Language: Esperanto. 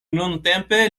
nuntempe